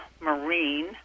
Marine